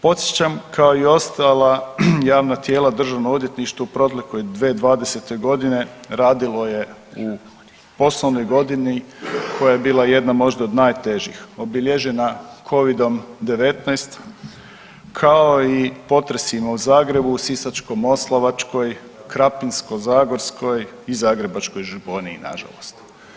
Podsjećam kao i ostala javna tijela državno odvjetništvo u protekloj 2020.g. radilo je u osnovnoj godini koja je bila jedna možda od najtežih, obilježena covidom-19 kao i potresima u Zagrebu, Sisačko-moslavačkoj, Krapinsko-zagorskoj i Zagrebačkoj županiji nažalost.